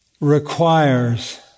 requires